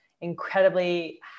incredibly